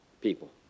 people